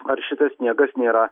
ar šitas sniegas nėra